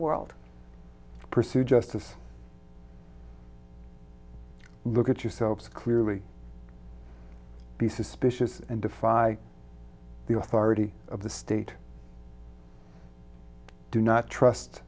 world pursue justice look at yourselves clearly be suspicious and defy the authority of the state do not trust